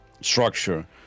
structure